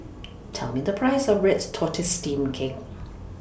Tell Me The Price of rest Tortoise Steamed Cake